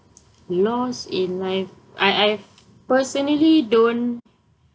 loss in life I I personally don't